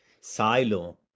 silo